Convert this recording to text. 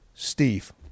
Steve